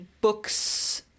books